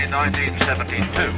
1972